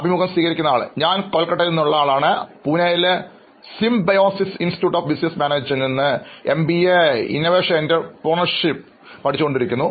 അഭിമുഖം സ്വീകരിക്കുന്നയാൾ ഞാൻ കൊൽക്കത്തയിൽ നിന്നുള്ള ആളാണ് പൂനെയിലെ Symbiosis Institute of Business Management നിന്ന് എംബിഎ ഇന്നോവേഷൻ എന്റർപ്രണർഷിപ്പ് എന്നിവ നേടിക്കൊണ്ടിരിക്കുന്നു